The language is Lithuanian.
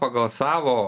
pagal savo